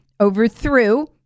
overthrew